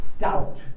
doubt